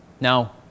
Now